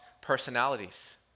personalities